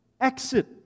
exit